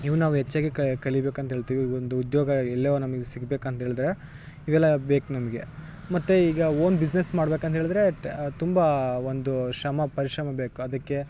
ಇವು ನಾವು ಹೆಚ್ಚಾಗಿ ಕಲಿ ಕಲಿಬೇಕು ಅಂತ ಹೇಳ್ತಿವಿ ಈ ಒಂದು ಉದ್ಯೋಗ ಎಲ್ಲಿಯೋ ನಮ್ಗೆ ಸಿಗ್ಬೇಕು ಅಂತಂದು ಹೇಳಿದ್ರೆ ಇವೆಲ್ಲ ಬೇಕು ನಮಗೆ ಮತ್ತು ಈಗ ಓನ್ ಬಿಸ್ನೆಸ್ ಮಾಡ್ಬೇಕು ಅಂತ ಹೇಳಿದ್ರೆ ತುಂಬ ಒಂದು ಶ್ರಮ ಪರಿಶ್ರಮ ಬೇಕು ಅದಕ್ಕೆ